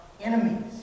enemies